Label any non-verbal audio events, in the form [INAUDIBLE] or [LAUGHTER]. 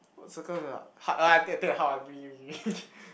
got circus ah hard ah take take the hard one give me give me give me [LAUGHS]